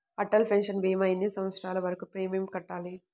Atal pension భీమా ఎన్ని సంవత్సరాలు వరకు ప్రీమియం కట్టాలి?